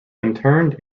interred